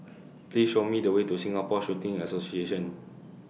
Please Show Me The Way to Singapore Shooting Association